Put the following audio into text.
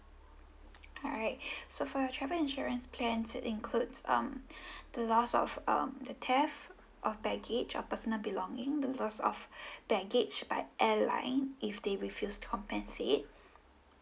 alright so for your travel insurance plan it includes um the loss of um the theft of baggage or personal belonging the loss of baggage by airline if they refuse to compensate